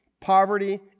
poverty